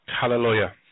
Hallelujah